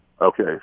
Okay